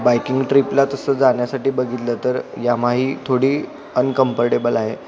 biking ट्र्रीपला तसं जाण्यासाठी बघितलं तर यामा ही थोडी अनकम्फर्टेबल आहे